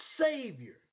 Savior